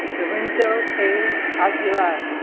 lorenzo a. aguilar